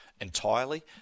entirely